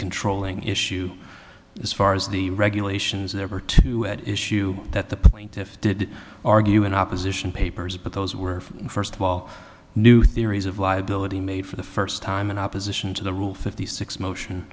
controlling issue as far as the regulations there are two at issue that the plaintiffs did argue in opposition papers but those were first of all new theories of liability made for the first time in opposition to the rule fifty six motion